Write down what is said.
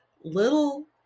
Little